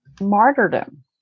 Martyrdom